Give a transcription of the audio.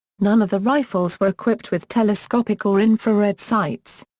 none of the rifles were equipped with telescopic or infrared sights.